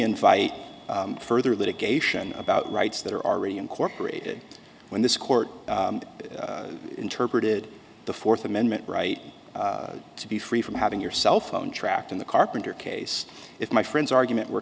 invite further litigation about rights that are already incorporated when this court interpreted the fourth amendment right to be free from having your cell phone tracked in the carpenter case if my friend's argument were